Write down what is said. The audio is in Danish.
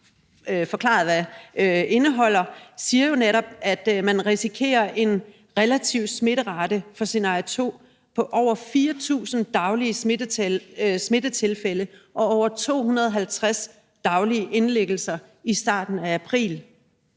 forklaret hvad indeholder, så siger man jo netop, at man risikerer en relativ smitterate for scenarie 2 på over 4.000 daglige smittetilfælde og over 250 daglige indlæggelser i starten af april.